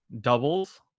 doubles